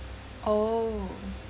oh